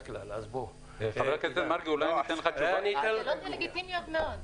השאלות הן לגיטימיות מאוד.